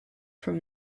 from